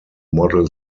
model